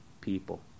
people